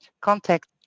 contact